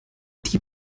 die